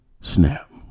Snap